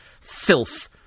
filth